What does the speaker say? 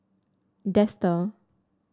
Dester